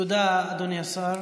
תודה, אדוני השר